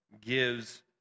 gives